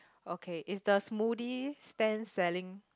ok is the smoothie stand selling